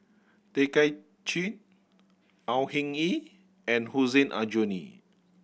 Tay Kay Chin Au Hing Yee and Hussein Aljunied